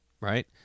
Right